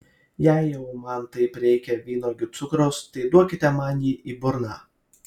jei jau man taip reikia vynuogių cukraus tai duokite man jį į burną